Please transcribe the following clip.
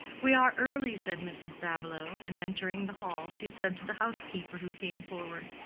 we are early, said mrs. davilow, and entering the hall, she said to the housekeeper who came forward,